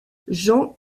jean